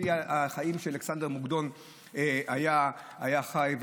לפי החיים שאלכסנדר מוקדון היה חי,